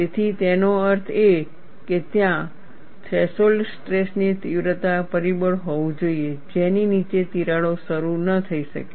તેથી તેનો અર્થ એ કે ત્યાં એક થ્રેશોલ્ડ સ્ટ્રેસ તીવ્રતા પરિબળ હોવું જોઈએ જેની નીચે તિરાડો શરૂ ન થઈ શકે